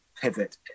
pivot